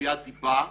תביעת דיבה,